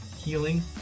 healing